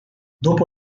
dopo